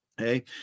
Okay